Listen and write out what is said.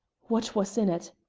what was in it?